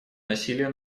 насилия